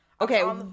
Okay